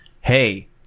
hey